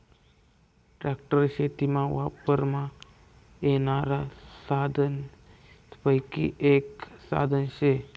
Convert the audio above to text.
tractor शेतीमा वापरमा येनारा साधनेसपैकी एक साधन शे